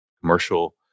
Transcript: commercial